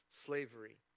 slavery